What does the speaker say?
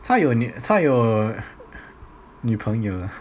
他有他有女朋友了